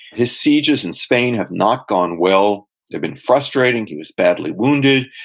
his sieges in spain have not gone well. they've been frustrating, he was badly wounded.